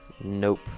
Nope